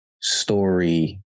story